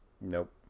Nope